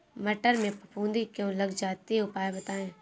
मटर में फफूंदी क्यो लग जाती है उपाय बताएं?